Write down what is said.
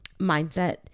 mindset